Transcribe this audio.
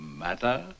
matter